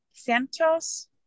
santos